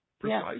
precisely